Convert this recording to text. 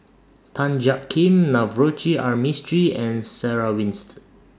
Tan Jiak Kim Navroji R Mistri and Sarah Winstedt